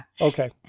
Okay